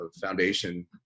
foundation